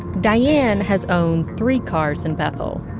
diane has owned three cars in bethel.